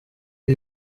ibi